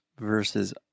versus